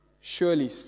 Surely